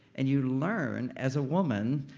and you learn, as a woman,